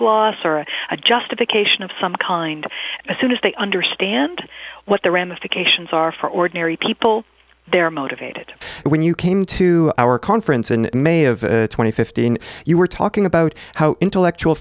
gloss or a justification of some kind as soon as they understand what the ramifications are for ordinary people they're motivated when you came to our conference in may of twenty fifteen you were talking about intellectual